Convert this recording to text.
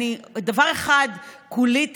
לדבר אחד כולי תקווה,